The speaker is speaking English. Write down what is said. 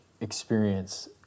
experience